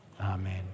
Amen